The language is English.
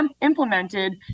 implemented